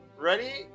Ready